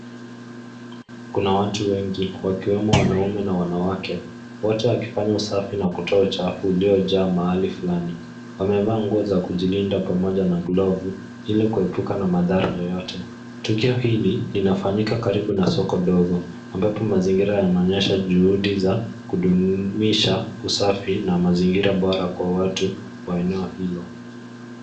Kuna watu wengi wakiwemo wanaume na wanawake, wote wakifanya usafi na kutoa uchafu uliojaa mahali fulani. Wamevaa nguo za kujilinda pamoja na glovu, ilikuepuka na madhara yeyote. Tukio hili linafanyika karibu na soko dogo ambapo mazingira yanaonyesha juhudi za kudumisha usafi na mazingira bora kwa watu wa eneo hilo.